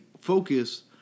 focus